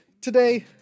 Today